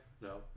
no